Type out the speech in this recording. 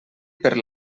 per